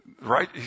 Right